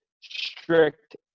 strict